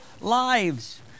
lives